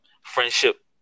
Friendship